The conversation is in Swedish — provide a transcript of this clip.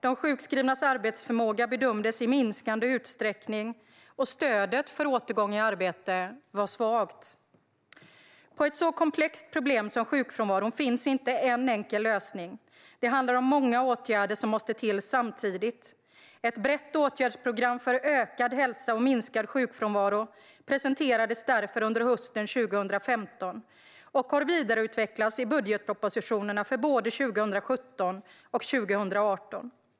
De sjukskrivnas arbetsförmåga bedömdes i minskande utsträckning, och stödet för återgång i arbete var svagt. På ett så komplext problem som sjukfrånvaron finns inte en enkel lösning; det handlar om många åtgärder som måste till samtidigt. Ett brett åtgärdsprogram för ökad hälsa och minskad sjukfrånvaro presenterades därför under hösten 2015 och har vidareutvecklats i budgetpropositionerna för både 2017 och 2018.